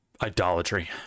idolatry